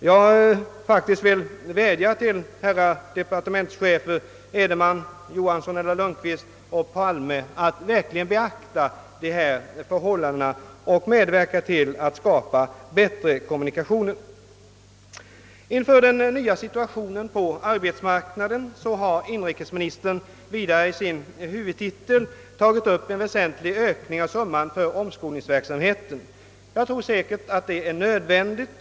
Jag vill vädja till herrar statsråd Johansson eller Lundkvist, Edenman och Palme att verkligen beakta dessa förhållanden och medverka till att skapa bättre kommunikationer. Inför den nya situationen på arbetsmarknaden har inrikesministern vidare i sin huvudtitel tagit upp en väsentlig ökning av anslaget för omskolningsverksamheten. Jag tror säkert det är nödvändigt.